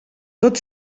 tot